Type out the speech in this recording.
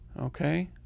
okay